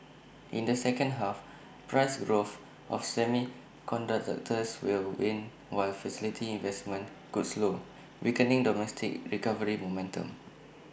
in the second half price growth of semiconductors will wane while facility investments could slow weakening domestic recovery momentum